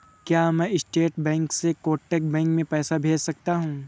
क्या मैं state bank से कोटक बैंक में पैसे भेज सकता हूँ?